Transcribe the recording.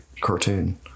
cartoon